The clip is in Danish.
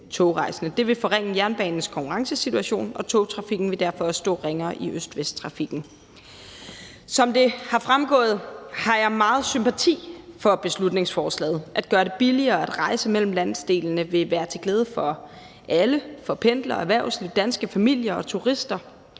det vil forringe jernbanens konkurrencesituation, og togtrafikken vil derfor også stå ringere i øst-vest-trafikken. Som det er fremgået, har jeg meget sympati for beslutningsforslaget, og at gøre det billigere at rejse mellem landsdelene vil være til glæde for alle, for pendlere, for erhvervsliv, danske familier og turister,